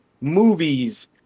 movies